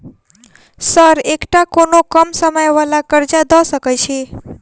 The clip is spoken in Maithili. सर एकटा कोनो कम समय वला कर्जा दऽ सकै छी?